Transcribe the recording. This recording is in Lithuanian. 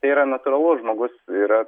tai yra natūralu žmogus yra